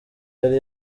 yari